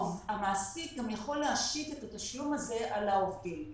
המעסיק גם יכול להשית את התשלום הזה על העובדים.